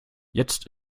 jetzt